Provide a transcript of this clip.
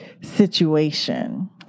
situation